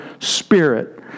spirit